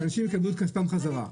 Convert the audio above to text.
שאנשים יקבלו את כספם חזרה.